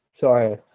Sorry